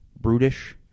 brutish